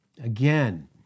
again